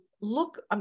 look